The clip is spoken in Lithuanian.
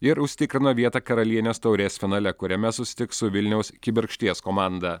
ir užsitikrino vietą karalienės taurės finale kuriame susitiks su vilniaus kibirkšties komanda